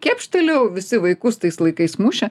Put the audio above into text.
kepštelėjo visi vaikus tais laikais mušė